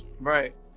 Right